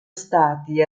stati